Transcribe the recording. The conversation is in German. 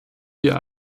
wir